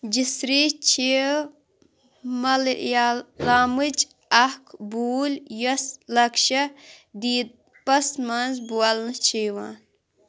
جِسری چھِ مَلیا لامٕچ اَکھ بوٗلۍ یۄس لَکشَہ دیٖپَس منٛز بولنہٕ چھِ یِوان